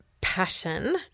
passion